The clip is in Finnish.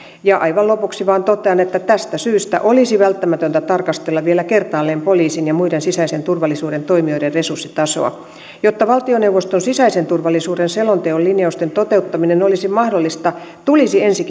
ja aivan lopuksi vain totean että tästä syystä olisi välttämätöntä tarkastella vielä kertaalleen poliisin ja muiden sisäisen turvallisuuden toimijoiden resurssitasoa jotta valtioneuvoston sisäisen turvallisuuden selonteon linjausten toteuttaminen olisi mahdollista tulisi ensi